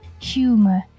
Humor